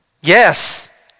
Yes